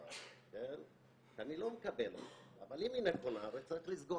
אני לא אמרתי ששי ניצן שיקר והיום זה פופולרי לא לדעת.